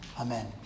amen